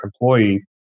employee